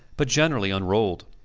but generally unrolled.